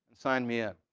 signed me up.